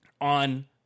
on